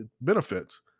benefits